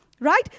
Right